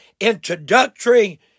introductory